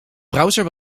browser